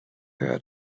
her